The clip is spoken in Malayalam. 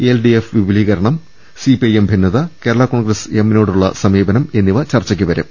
എൽ ഡി എഫ് വിപുലീകരണം സി പി ഐ എം ഭിന്നത കേരള കോൺഗ്രസ് എം സമീപനം എന്നിവ ചർച്ചക്ക് വരും